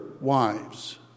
wives